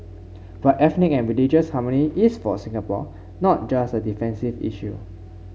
but ethnic and religious harmony is for Singapore not just a defensive issue